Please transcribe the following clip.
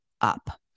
up